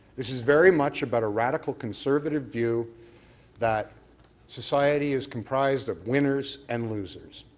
this is very much about a radical conservative view that society is comprised of winners and losers.